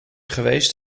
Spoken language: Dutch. geweest